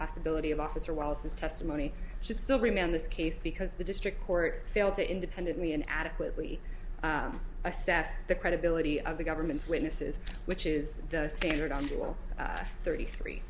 impossibility of officer wallace's testimony she still remain on this case because the district court failed to independently and adequately assess the credibility of the government's witnesses which is the standard on thirty three